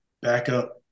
backup